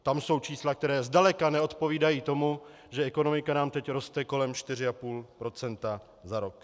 Tam jsou čísla, která zdaleka neodpovídají tomu, že ekonomika nám teď roste kolem 4,5 % za rok.